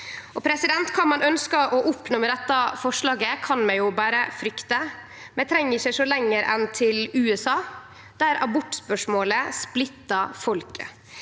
tidene. Kva ein ønskjer å oppnå med dette forslaget, kan vi jo berre frykte. Vi treng ikkje sjå lenger enn til USA, der abortspørsmålet splittar folket,